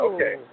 Okay